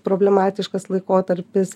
problematiškas laikotarpis